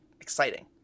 exciting